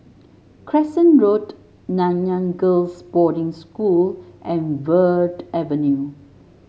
Crescent Road Nanyang Girls' Boarding School and Verde Avenue